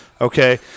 Okay